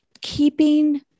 keeping